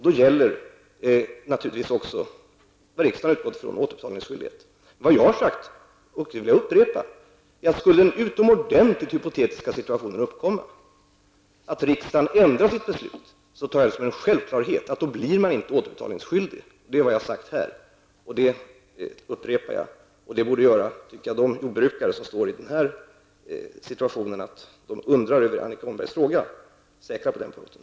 Då gäller naturligtvis även vad riksdagen har utgått från när det gäller återbetalningsskyldighet. Vad jag har sagt, och det vill jag upprepa, är att om den utomordentligt hypotetiska situationen uppkommer att riksdagen ändrar sitt beslut så tar jag det som en självklarhet att dessa jordbrukare inte blir återbetalningsskyldiga. Det är vad jag har sagt här, och det upprepar jag. Detta borde göra de jordbrukare som befinner sig i den situationen att de undrar över Annika Åhnbergs fråga säkra på den punkten.